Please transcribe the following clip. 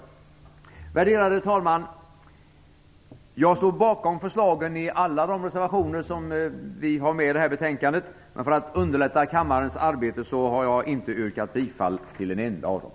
Värderade talman! Jag står bakom förslagen i alla de reservationer som vi har fogat till detta betänkande, men för att underlätta kammarens arbete har jag inte yrkat bifall till en enda av dem.